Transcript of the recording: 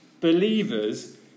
believers